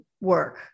work